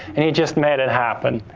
and he just made it happen.